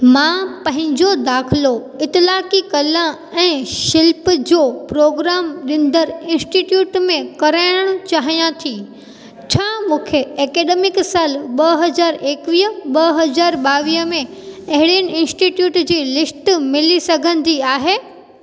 मां पंहिंजो दाख़िलो इतलाक़ी कला ऐं शिल्पु जो प्रोग्राम ॾींदड़ इन्स्टिटयूट में कराइण चाहियां थी छा मूंखे ऐकडेमिक साल ॿ हज़ार एकवीह ॿ हज़ार ॿावीह में अहिड़ियुनि इन्स्टिटयूट जी लिस्ट मिली सघंदी आहे